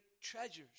treasures